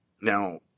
Now